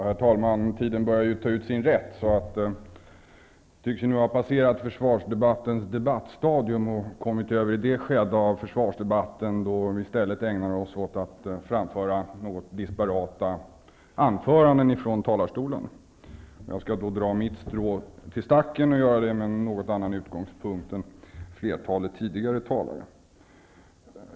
Herr talman! Tiden börjar nu ta ut sin rätt. Vi tycks ha passerat försvarsdebattens debattstadium och kommit över i det skede då vi i stället ägnar oss åt att framföra något disparata anföranden från talarstolen. Jag skall dra mitt strå till stacken, men från en något annorlunda utgångspunkt än flertalet tidigare talare.